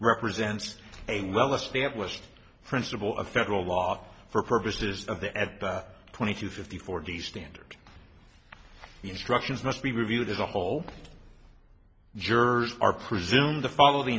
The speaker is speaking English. represents a well established principle of federal law for purposes of the f twenty two fifty four days standard the instructions must be reviewed as a whole jurors are presumed to follow the